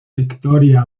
victoria